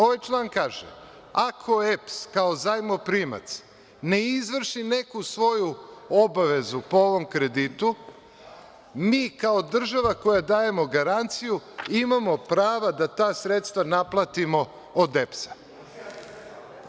Ovaj član kaže – ako EPS kao zajmoprimac ne izvrši neku svoju obavezu po ovom kreditu, mi kao država koja dajemo garanciju imamo prava da ta sredstva naplatimo od EPS-a.